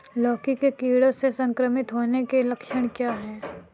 लौकी के कीड़ों से संक्रमित होने के लक्षण क्या हैं?